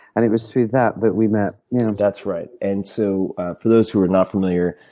and it was through that, that we met. yeah that's right. and so for those who are not familiar,